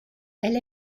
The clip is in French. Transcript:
elle